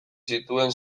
zituen